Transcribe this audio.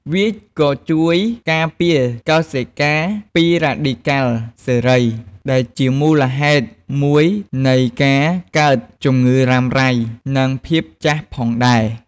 វាក៏ជួយការពារកោសិកាពីរ៉ាឌីកាល់សេរី ដែលជាមូលហេតុមួយនៃការកើតជំងឺរ៉ាំរ៉ៃ និងភាពចាស់ផងដែរ។